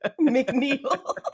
McNeil